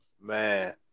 Man